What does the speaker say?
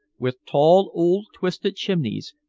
with tall old twisted chimneys,